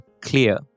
clear